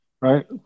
Right